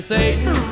Satan